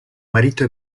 marito